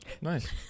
nice